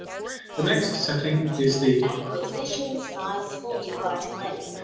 the next setting is the acquisition size, full device length.